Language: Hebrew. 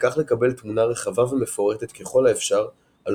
וכך לקבל תמונה רחבה ומפורטת ככל האפשר על